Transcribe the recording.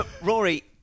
Rory